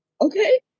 Okay